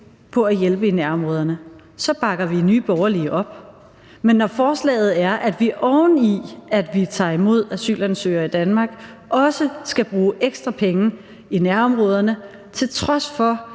på at hjælpe i nærområderne, så bakker vi i Nye Borgerlige op. Men når forslaget er, at vi, oven i at vi tager imod asylansøgere i Danmark, også skal bruge ekstra penge i nærområderne, til trods for